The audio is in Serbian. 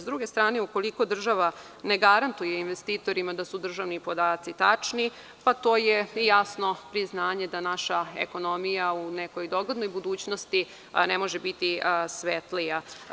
S druge strane, ukoliko država ne garantuje investitorima da su državni podaci tačni, to je jasno priznanje da naša ekonomija u nekoj doglednoj budućnosti ne može biti svetlija.